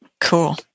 cool